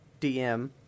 DM